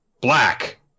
Black